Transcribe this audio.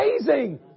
amazing